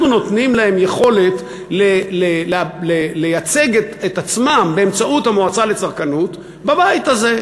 אנחנו נותנים להם יכולת לייצג את עצמם באמצעות המועצה לצרכנות בבית הזה,